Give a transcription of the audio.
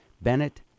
Bennett